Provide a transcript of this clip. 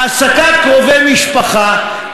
העסקת קרובי משפחה,